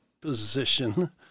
position